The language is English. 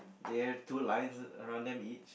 there is two lives around them each